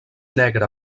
negre